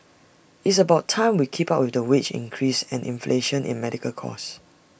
it's about time we keep up with wage increase and inflation in medical cost